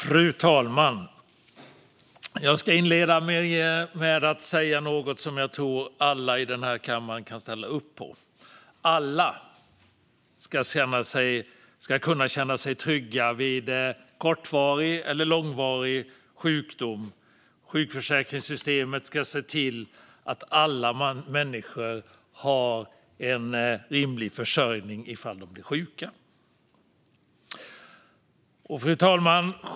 Fru talman! Jag ska inleda med att säga något som jag tror att alla i kammaren kan ställa upp på. Alla ska känna sig trygga vid kortvarig eller långvarig sjukdom. Sjukförsäkringssystemet ska se till att alla människor har en rimlig försörjning om de blir sjuka. Fru talman!